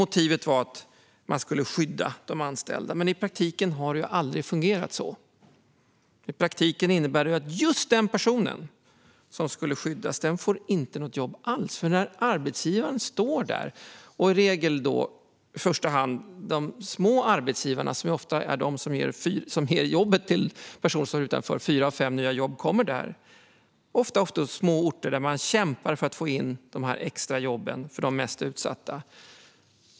Motivet var att man skulle skydda de anställda, men i praktiken har det aldrig fungerat så. I praktiken innebär det att just den person som skulle skyddas inte får något jobb alls. I regel är det i första hand de små arbetsgivarna som ofta ger jobb till personer som står utanför. Fyra av fem nya jobb kommer där, ofta i små orter där man kämpar för att få in extra jobb för de mest utsatta.